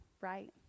right